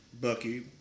Bucky